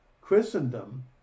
Christendom